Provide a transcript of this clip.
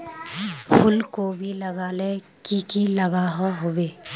फूलकोबी लगाले की की लागोहो होबे?